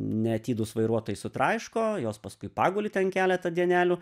neatidūs vairuotojai sutraiško jos paskui paguli ten keletą dienelių